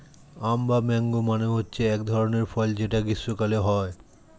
আম বা ম্যাংগো মানে হচ্ছে এক ধরনের ফল যেটা গ্রীস্মকালে হয়